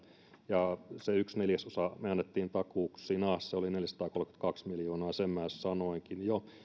ja yhden neljäsosan siitä me annoimme takauksina se oli neljäsataakolmekymmentäkaksi miljoonaa sen minä sanoinkin jo